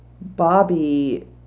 bobby